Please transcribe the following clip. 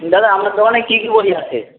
দাদা আপনার দোকানে কি কি বই আছে